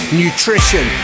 nutrition